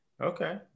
Okay